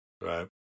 Right